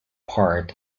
part